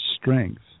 strength